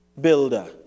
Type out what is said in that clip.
builder